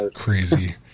crazy